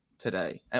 today